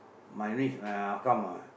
my niece my அக்கா மகன்:akkaa makan